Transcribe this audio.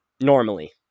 normally